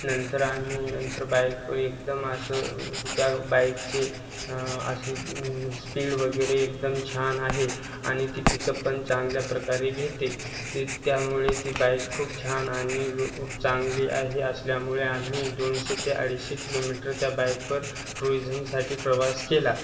नंतर आम्ही नंतर बाईकवर एकदम असं त्या बाईकचे असे स्पीड वगैरे एकदम छान आहे आणि ती पिकअप पण चांगल्या प्रकारे घेते ते त्यामुळे ती बाईक खूप छान आणि व चांगली आहे असल्यामुळे आम्ही दोनशे ते अडीचशे किलोमीटर त्या बाईकवर टुरिझमसाठी प्रवास केला